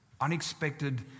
Unexpected